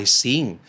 seeing